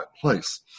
place